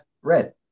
red